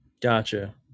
Gotcha